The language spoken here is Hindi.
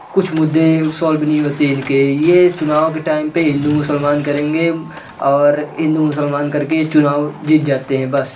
कुछ मुद्दें सॉल्व नहीं होते इनके ये चुनाव के टाइम पे हिन्दू मुसलमान करेंगे और हिन्दू मुसलमान करके ये चुनाव जीत जाते हैं बस